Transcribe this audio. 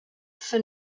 for